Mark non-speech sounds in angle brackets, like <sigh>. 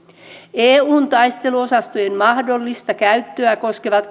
eun taisteluosastojen mahdollista käyttöä koskevat <unintelligible>